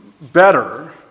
better